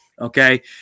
Okay